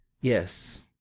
yes